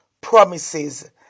promises